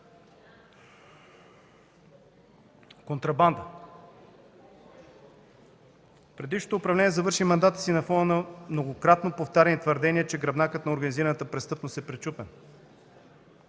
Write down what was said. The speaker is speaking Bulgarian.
Контрабандата. Предишното управление завърши мандата си на фона на многократно повтаряни твърдения, че гръбнакът на организираната престъпност е пречупен.